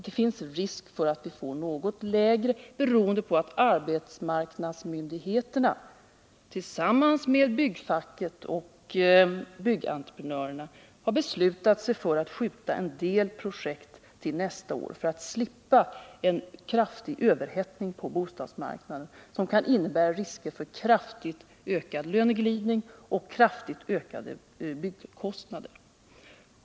Det finns en risk för att vi får ett något mindre bostadsbyggande beroende på att arbetsmarknadsmyndigheterna tillsammans med byggfacket och arbetsgivarorganisationen har beslutat sig för att skjuta på vissa projekt till nästa år för att slippa en kraftig överhettning på bostadsmarknaden, som kan innebära risker för en kraftig ökning av löneglidningen och en stark ökning av byggkostnaderna.